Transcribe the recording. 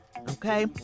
okay